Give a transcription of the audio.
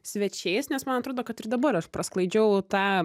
svečiais nes man atrodo kad ir dabar aš prasklaidžiau tą